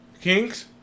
Kings